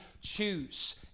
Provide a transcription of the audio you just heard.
choose